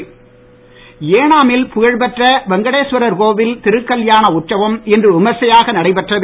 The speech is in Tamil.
ஏனாம் ஏனாமில் புகழ்பெற்ற வெங்கடேஸ்வரர் கோவில் திருக்கல்யாண உற்சவம் இன்று விமர்சையாக நடைபெற்றது